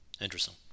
Interesting